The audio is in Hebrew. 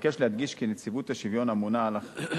אבקש להדגיש כי נציבות השוויון ממונה